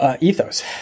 ethos